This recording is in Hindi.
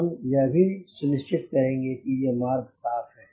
हम यह भी सुनिश्चित करेंगे कि ये मार्ग साफ़ हैं